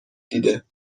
دیده